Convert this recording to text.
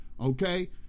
Okay